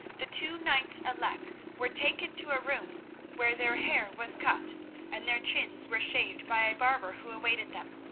the two knights elect were taken to a room where their hair was cut and their chins were shaved by a barber who awaited them.